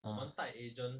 ah